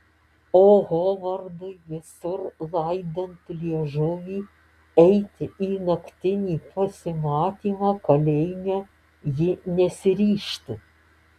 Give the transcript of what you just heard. o hovardui visur laidant liežuvį eiti į naktinį pasimatymą kalėjime ji nesiryžtų